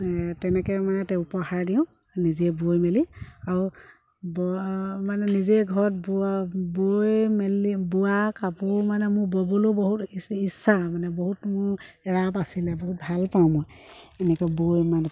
তেনেকৈ মানে তেওঁ উপহাৰ দিওঁ নিজে বৈ মেলি আৰু বোৱা মানে নিজে ঘৰত বোৱা বৈ মেলি বোৱা কাপোৰ মানে মোৰ ব'বলৈয়ো বহুত ইচ্ছা মানে বহুত মোৰ ৰাপ আছিলে বহুত ভাল পাওঁ মই এনেকৈ বৈ মানে